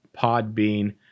Podbean